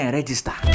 register